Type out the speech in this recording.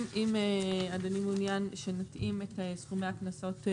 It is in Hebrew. אם אדוני מעוניין שנתאים את סכומי הקנסות,